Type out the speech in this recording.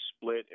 split